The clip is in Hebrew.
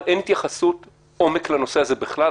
אין התייחסות עומק לנושא הזה בכלל,